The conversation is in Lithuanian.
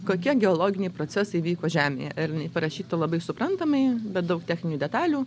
kokie geologiniai procesai vyko žemėje ir jinai parašyta labai suprantamai be daug techninių detalių